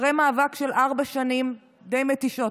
אחרי מאבק של ארבע שנים די מתישות,